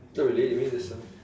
oh really you mean this one